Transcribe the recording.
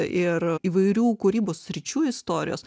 ir įvairių kūrybos sričių istorijos